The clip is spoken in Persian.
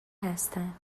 هستم